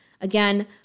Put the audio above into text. Again